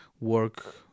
work